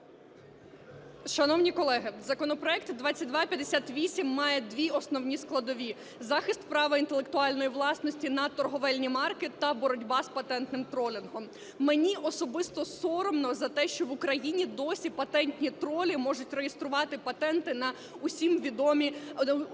Шановні колеги, законопроект 2258 має дві основні складові – захист права інтелектуальної власності на торгівельні марки та боротьба з патентним тролінгом. Мені особисто соромно за те, що в Україні досі патентні тролі можуть реєструвати патенти на усім відомі...